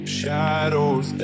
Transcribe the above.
shadows